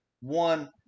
one